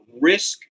risk